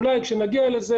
אולי כשנגיע לזה,